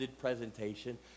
presentation